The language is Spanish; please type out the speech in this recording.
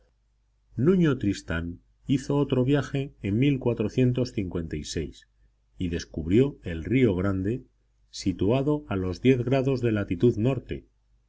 nuño tristán hizo otro viaje en y descubrió el río grande situado a los o de latitud norte